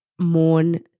mourn